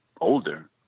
older